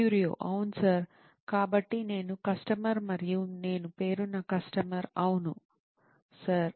క్యూరియో అవును సార్ కాబట్టి నేను కస్టమర్ మరియు నేను పేరున్న కస్టమర్ అవును సార్